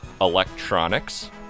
electronics